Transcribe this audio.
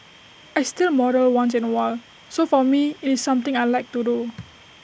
I still model once in A while so for me IT is something I Like to do